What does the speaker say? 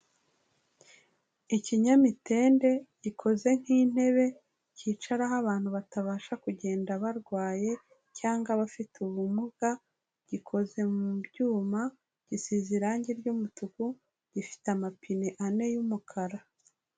Ikinyamitende gikoze nk'intebe cyicaraho abantu batabasha kugenda barwaye cyangwa abafite ubumuga, gikoze mu byuma, gisize irangi ry'umutuku, gifite amapine ane y'umukara.